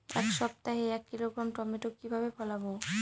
এক সপ্তাহে এক কিলোগ্রাম টমেটো কিভাবে ফলাবো?